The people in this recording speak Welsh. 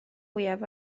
fwyaf